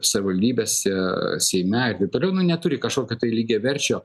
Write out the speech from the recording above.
savivaldybėse seime taip toliau nu neturi kažkokio tai lygiaverčio